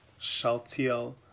Shaltiel